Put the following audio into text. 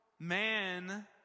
Man